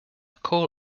call